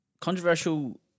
controversial